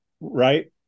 right